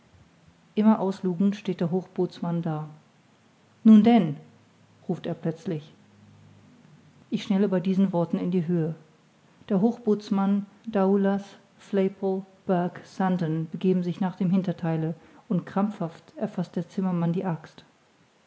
immer auslugend steht der hochbootsmann da nun denn ruft er plötzlich ich schnelle bei diesen worten in die höhe der hochbootsmann daoulas flaypol burke sandon begeben sich nach dem hintertheile und krampfhaft erfaßt der zimmermann die axt